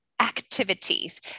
activities